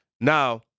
Now